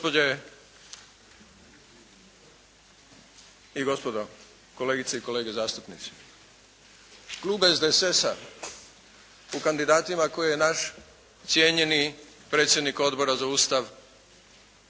Gospođe i gospodo, kolegice i kolege zastupnici. Klub SDSS-a u kandidatima koje je naš cijenjeni predsjednik Odbora za Ustav